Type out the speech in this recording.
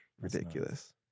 ridiculous